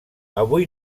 avui